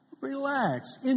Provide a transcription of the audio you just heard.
Relax